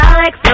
Alex